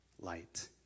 light